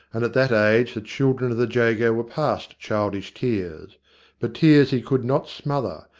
and at that age the children of the jago were past childish tears but tears he could not smother,